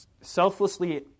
selflessly